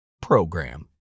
PROGRAM